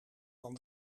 van